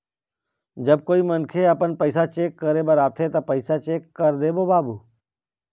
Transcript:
जब कोई मनखे आपमन पैसा चेक करे बर आथे ता पैसा चेक कर देबो बाबू?